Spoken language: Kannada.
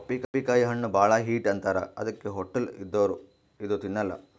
ಪಪ್ಪಿಕಾಯಿ ಹಣ್ಣ್ ಭಾಳ್ ಹೀಟ್ ಅಂತಾರ್ ಅದಕ್ಕೆ ಹೊಟ್ಟಲ್ ಇದ್ದೋರ್ ಇದು ತಿನ್ನಲ್ಲಾ